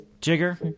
Jigger